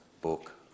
book